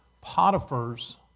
Potiphar's